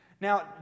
Now